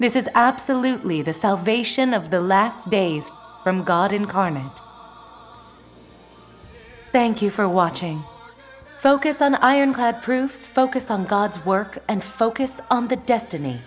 this is absolutely the salvation of the last days from god incarnate thank you for watching focus on ironclad proof focus on god's work and focus on the destiny